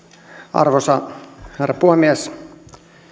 arvoisa herra puhemies